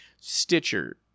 Stitcher